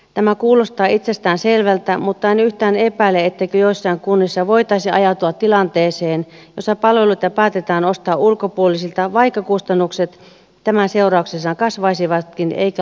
tämä kuulostaa itsestään selvältä mutta en yhtään epäile etteikö joissain kunnissa voitaisi ajautua tilanteeseen jossa palveluita päätetään ostaa ulkopuolisilta vaikka kustannukset tämän seurauksena kasvaisivatkin eikä laatu paranisi